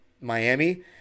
Miami